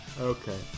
okay